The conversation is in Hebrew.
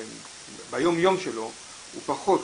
ביום יום שלו הוא פחות